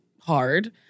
hard